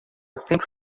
sempre